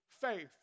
faith